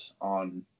on